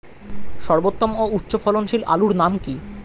সর্বোত্তম ও উচ্চ ফলনশীল আলুর নাম কি?